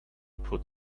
put